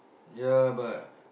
yeah but